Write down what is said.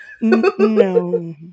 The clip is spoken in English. No